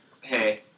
hey